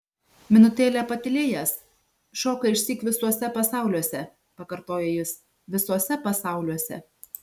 minutėlę patylėjęs šoka išsyk visuose pasauliuose pakartojo jis visuose pasauliuose